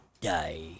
die